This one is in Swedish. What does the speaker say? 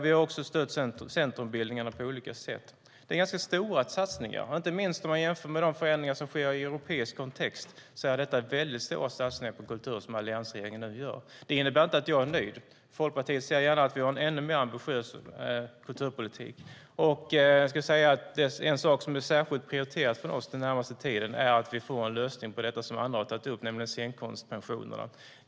Vi har också stött centrumbildningarna på olika sätt. Det är ganska stora satsningar. Inte minst om man jämför med de förändringar som sker i europeisk kontext är det väldigt stora satsningar på kulturen som alliansregeringen nu gör. Det innebär inte att jag är nöjd. Folkpartiet ser gärna att vi har en ännu mer ambitiös kulturpolitik. Jag skulle vilja säga att en sak som är särskilt prioriterad från oss den närmaste tiden är att vi får en lösning på det som andra har tagit upp, nämligen scenkonstpensionerna.